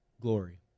glory